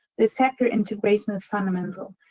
the sector integration is fundamental.